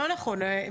לא נכון מה שאתה אומר.